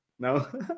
No